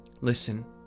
Listen